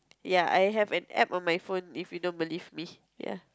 ya I have an App on my phone if you don't believe me